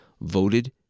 voted